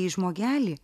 į žmogelį